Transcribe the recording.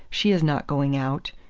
she is not going out.